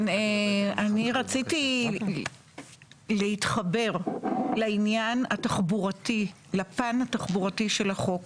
אני רציתי להתחבר לפן התחבורתי של החוק.